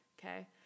okay